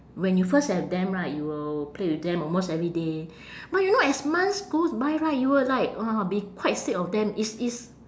when you first have them right you will play with them almost every day but you know as months goes by right you will like uh be quite sick of them it's it's